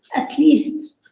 at least